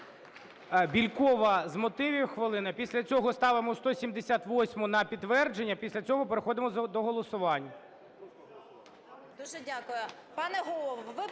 Бєлькова – з мотивів хвилину. Після цього ставимо 178-у на підтвердження. Після цього переходимо до голосування.